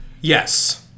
Yes